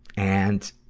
and,